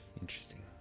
interesting